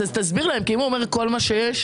תסביר להם, כי אם הוא אומר כל מה שיש,